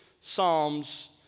Psalms